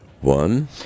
One